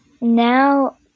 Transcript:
now